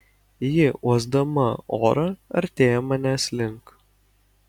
ji uosdama orą artėja manęs link